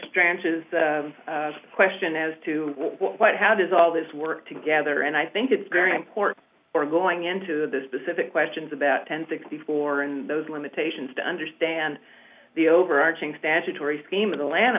trenches question as to what how does all this work together and i think it's very important for going into the specific questions about ten sixty four and those limitations to understand the overarching statutory scheme of the lan